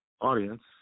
audience